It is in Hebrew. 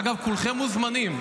אגב, כולכם מוזמנים.